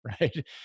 right